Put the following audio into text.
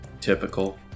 Typical